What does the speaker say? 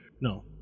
No